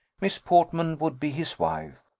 miss portman would be his wife.